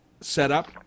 setup